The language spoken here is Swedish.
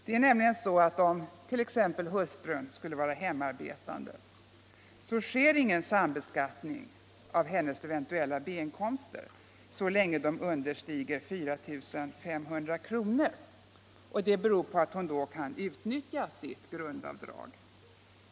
Om nämligen hustrun t.ex. är hemarbetande sker ingen sambeskattning av hennes eventuella B-inkomster så länge de understiger 4 500 kr. Det beror på att hon då kan utnyttja sitt — Nr 76 srundavdrag.